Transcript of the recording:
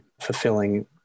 fulfilling